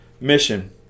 mission